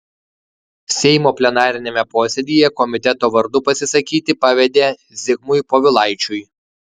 seimo plenariniame posėdyje komiteto vardu pasisakyti pavedė zigmui povilaičiui